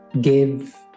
give